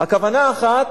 הכוונה האחת,